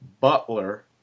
Butler